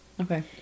Okay